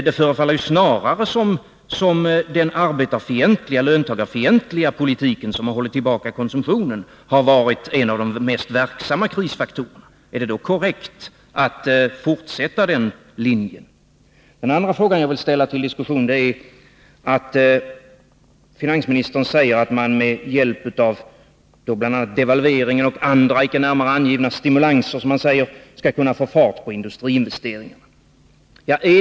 Det förefaller snarare som om den arbetarfientliga och löntagarfientliga politiken, som har hållit tillbaka konsumtionen, har varit en av de mest verksamma krisfaktorerna. Är det då korrekt att fortsätta på den linjen? Den andra frågan jag vill ställa till diskussion sammanhänger med att finansministern säger att man med hjälp av bl.a. devalveringen och andra, icke närmare angivna stimulanser skall kunna få fart på industriinvesteringarna.